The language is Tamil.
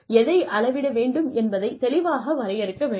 எதை அளவிட வேண்டும் என்பதைத் தெளிவாக வரையறுக்க வேண்டும்